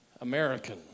American